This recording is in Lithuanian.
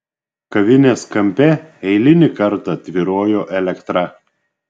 kavinės kampe eilinį kartą tvyrojo elektra